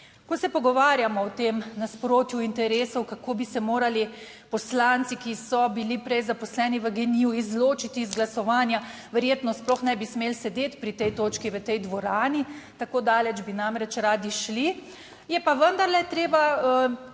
Ko se pogovarjamo o tem nasprotju interesov, kako bi se morali poslanci, ki so bili prej zaposleni v GEN-I izločiti iz glasovanja, verjetno sploh ne bi smeli sedeti pri tej točki v tej dvorani, tako daleč bi namreč radi šli, je pa vendarle treba